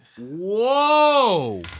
Whoa